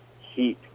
heat